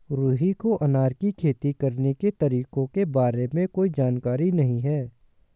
रुहि को अनार की खेती करने के तरीकों के बारे में कोई जानकारी नहीं है